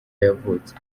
yavutse